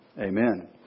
Amen